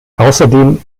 außerdem